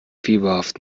fieberhaft